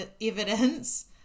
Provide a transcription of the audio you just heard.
evidence